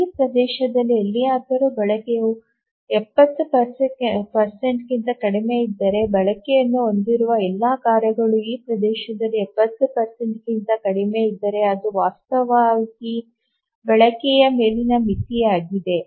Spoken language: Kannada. ಈ ಪ್ರದೇಶದಲ್ಲಿ ಎಲ್ಲಿಯಾದರೂ ಬಳಕೆಯು 70 ಕ್ಕಿಂತ ಕಡಿಮೆಯಿದ್ದರೆ ಬಳಕೆಯನ್ನು ಹೊಂದಿರುವ ಎಲ್ಲಾ ಕಾರ್ಯಗಳು ಈ ಪ್ರದೇಶದಲ್ಲಿ 70 ಕ್ಕಿಂತ ಕಡಿಮೆಯಿದ್ದರೆ ಇದು ವಾಸ್ತವವಾಗಿ ಬಳಕೆಯ ಮೇಲಿನ ಮಿತಿಯಾಗಿದೆ